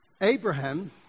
Abraham